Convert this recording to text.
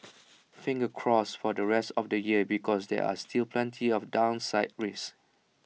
fingers crossed for the rest of the year because there are still plenty of downside risks